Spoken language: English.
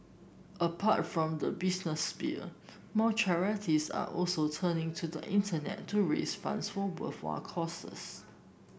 apart from the business sphere more charities are also turning to the Internet to raise funds for worthwhile causes